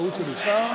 טעות שלי.